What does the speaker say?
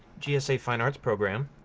gsa fine arts program.